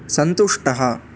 सन्तुष्टः